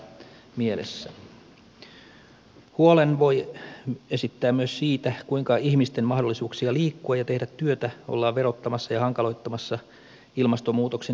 huolen voi esittää myös siitä kuinka ihmisten mahdollisuuksia liikkua ja tehdä työtä ollaan verottamassa ja hankaloittamassa ilmastonmuutoksen nimissä